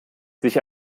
sich